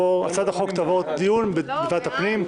תעבור לדיון בוועדת הפנים.